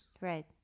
Right